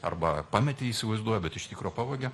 arba pametei įsivaizduoja bet iš tikro pavogė